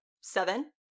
Seven